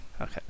Okay